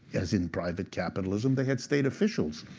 as in private capitalism, they had state officials.